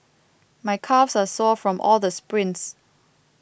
my calves are sore from all the sprints